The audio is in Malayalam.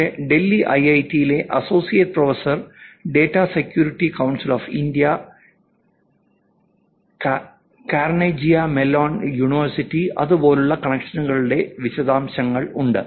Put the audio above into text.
പക്ഷേ ഡൽഹി ഐഐടിയിലെ associate professor data security council of India Carnegie Mellon university അതുപോലുള്ള കണക്ഷനുകളുടെ വിശദാംശങ്ങളുണ്ട്